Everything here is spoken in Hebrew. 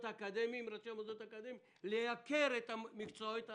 האקדמיים לייקר את לימודי המקצועות האלה,